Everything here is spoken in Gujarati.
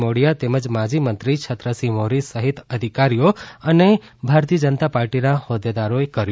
મોઢિયા તેમજ માજી મંત્રી છત્રસિંહ મોરી સહિત અધિકારીઓ અને ભારતીય જનતા પાર્ટીના હોદ્દેદારો કર્યું